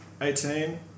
Eighteen